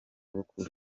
bukuru